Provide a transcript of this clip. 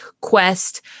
quest